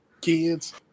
kids